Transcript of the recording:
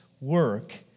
work